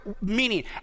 meaning